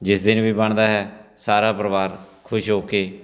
ਜਿਸ ਦਿਨ ਵੀ ਬਣਦਾ ਹੈ ਸਾਰਾ ਪਰਿਵਾਰ ਖੁਸ਼ ਹੋ ਕੇ